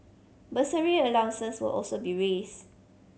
bursary allowances will also be raise